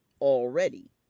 already